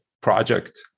project